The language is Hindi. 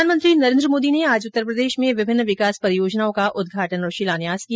प्रधानमंत्री नरेन्द्र मोदी ने आज उत्तर प्रदेश में विभिन्न विकास परियोजनाओं का उद्घाटन और शिलान्यास किया